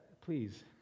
please